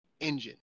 engine